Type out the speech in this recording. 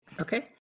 okay